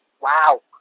Wow